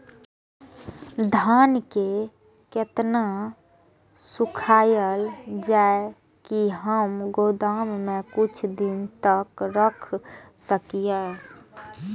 धान के केतना सुखायल जाय की हम गोदाम में कुछ दिन तक रख सकिए?